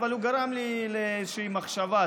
אבל הוא גרם לי לאיזושהי מחשבה.